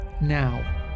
now